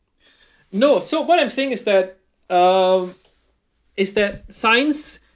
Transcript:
no so what I'm saying is that uh is that science